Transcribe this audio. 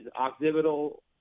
occipital